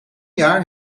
jaar